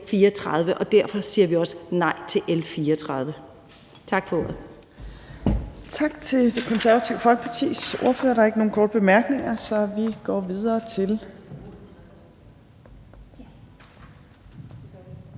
og derfor siger vi også nej til L 34. Tak for ordet.